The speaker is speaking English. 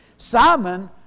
Simon